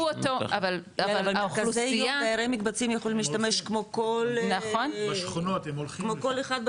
אבל דיירי מקבצים יכולים להשתמש כמו כל אחד בקהילה.